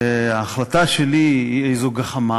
שההחלטה שלי היא איזו גחמה,